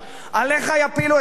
עליך יפילו את התיק,